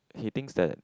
he thinks that